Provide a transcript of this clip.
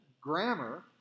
grammar